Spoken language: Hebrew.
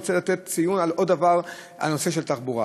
רוצה להוסיף עוד דבר אחד שלא הכינו לי.